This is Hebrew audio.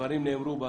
דברים נאמרו,